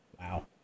Wow